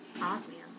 Osmium